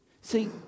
See